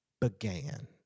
began